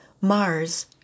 Mars